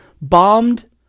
bombed